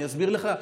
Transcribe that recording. אני אסביר לך.